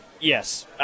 Yes